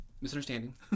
misunderstanding